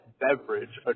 beverage